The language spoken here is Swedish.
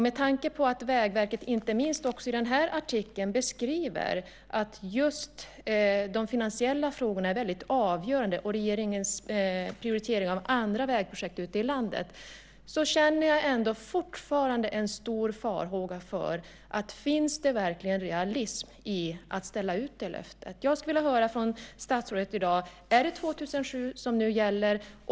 Med tanke på att Vägverket i artikeln beskriver att de finansiella frågorna är väldigt avgörande liksom regeringens prioritering av andra vägprojekt ute i landet hyser jag ändå fortfarande en stor farhåga för realismen i det löftet. Jag skulle vilja höra från statsrådet i dag: Är det 2007 som nu gäller?